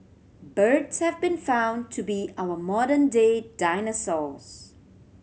birds have been found to be our modern day dinosaurs